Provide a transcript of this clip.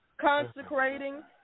consecrating